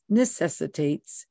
necessitates